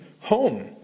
home